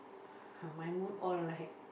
my mood all like